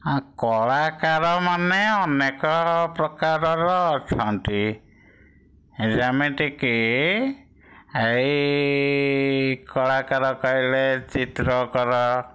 ଆ କଳାକାର ମାନେ ଅନେକ ପ୍ରକାରର ଅଛନ୍ତି ଯେମିତିକି ଏଇ ଇ କଳାକାର କହିଲେ ଚିତ୍ରକର